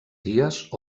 dies